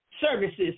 services